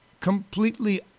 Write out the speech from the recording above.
completely